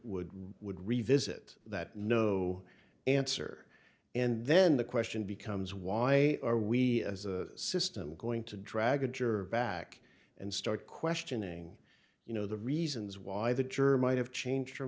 would would revisit that no answer and then the question becomes why are we as a system going to drag a juror back and start questioning you know the reasons why the jury might have changed her